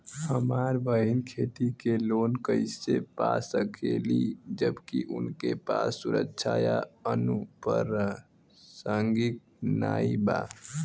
हमार बहिन खेती के लोन कईसे पा सकेली जबकि उनके पास सुरक्षा या अनुपरसांगिक नाई बा?